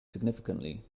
significantly